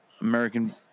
American